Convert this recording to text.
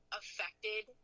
affected